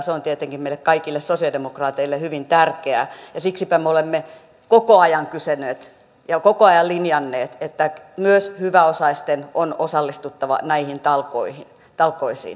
se on tietenkin meille kaikille sosialidemokraateille hyvin tärkeä ja siksipä me olemme koko ajan kysyneet ja koko ajan linjanneet että myös hyväosaisten on osallistuttava näihin talkoisiin